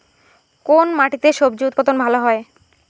কোন মাটিতে স্বজি উৎপাদন ভালো হয়?